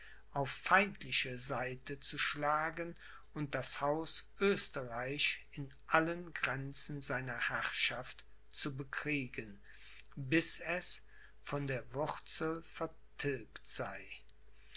auf feindliche seite zu schlagen und das haus oesterreich in allen grenzen seiner herrschaft zu bekriegen bis es von der wurzel vertilgt sei